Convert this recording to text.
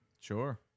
sure